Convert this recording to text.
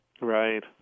Right